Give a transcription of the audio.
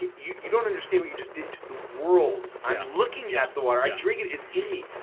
you you don't understand what you just did to the world. i'm looking at the water. i drink it. it's in me.